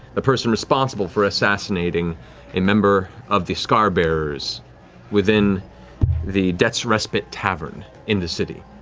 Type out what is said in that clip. the person responsible for assassinating a member of the scarbearers within the debt's respite tavern in the city.